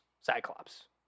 Cyclops